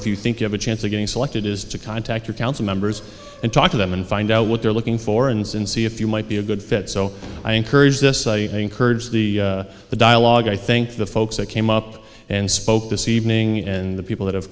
if you think you have a chance of getting selected is to contact your council members and talk to them and find out what they're looking for and see if you might be a good fit so i encourage this encourage the dialogue i think the folks that came up and spoke this evening and the people that have